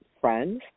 friends